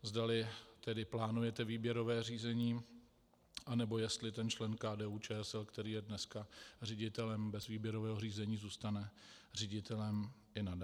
Zdali tedy plánujete výběrové řízení, nebo jestli ten člen KDUČSL, který je dneska ředitelem bez výběrového řízení, zůstane ředitelem i nadále.